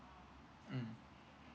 mm